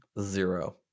Zero